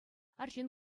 арҫын